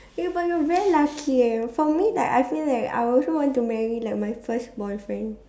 eh but you are very lucky eh for me like I feel like I also want to marry like my first boyfriend